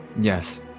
Yes